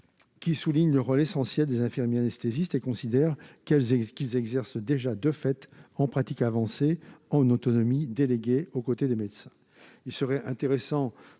qui souligne le rôle essentiel des infirmiers anesthésistes et considère que, de fait, ils exercent déjà en pratique avancée, en autonomie déléguée aux côtés des médecins. Il serait intéressant,